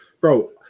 Bro